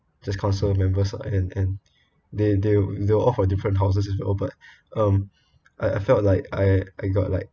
just council members and and they they they were all from different houses all but um I I felt like I got like